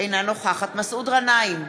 אינה נוכחת מסעוד גנאים,